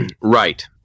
Right